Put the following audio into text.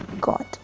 god